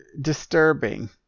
disturbing